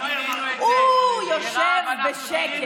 הוא יושב בשקט.